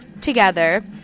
together